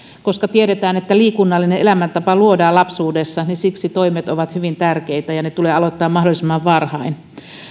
koska tiedetään että liikunnallinen elämäntapa luodaan lapsuudessa ja siksi toimet ovat hyvin tärkeitä ja ne tulee aloittaa mahdollisimman varhain